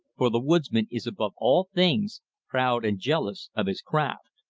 for the woodsman is above all things proud and jealous of his craft.